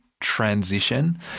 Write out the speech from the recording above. transition